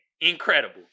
incredible